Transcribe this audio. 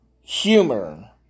humor